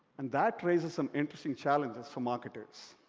and that raises um interesting challenges for marketers.